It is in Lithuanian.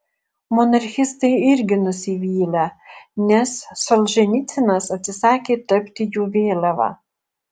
monarchistai irgi nusivylę nes solženicynas atsisakė tapti jų vėliava